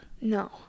No